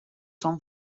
són